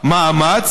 במאמץ,